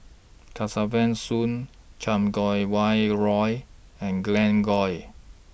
Kesavan Soon Chan Kum Wah Roy and Glen Goei